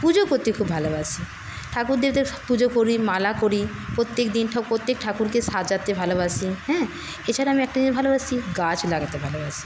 পুজো করতে খুব ভালোবাসি ঠাকুর দেবতার পুজো করি মালা করি প্রত্যেকদিন প্রত্যেক ঠাকুরকে সাজাতে ভালোবাসি হ্যাঁ এছাড়া আমি একটা জিনিস ভালোবাসি গাছ লাগাতে ভালোবাসি